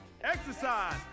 Exercise